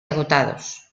agotados